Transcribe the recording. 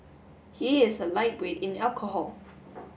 he is a lightweight in alcohol